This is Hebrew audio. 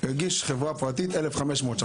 החברה הפרטית תגיש 1,500 שקלים.